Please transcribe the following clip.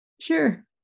Sure